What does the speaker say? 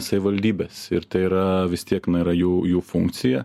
savivaldybės ir tai yra vis tiek na yra jų funkcija